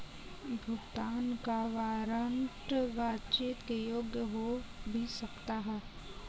भुगतान का वारंट बातचीत के योग्य हो भी सकता है